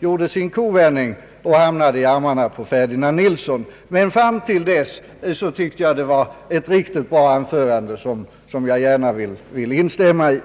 hennes kovändning, då hon hamnade i armarna på herr Ferdinand Nilsson. Fram till dess tyckte jag det var ett riktigt bra anförande, som jag gärna vill instämma i.